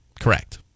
Correct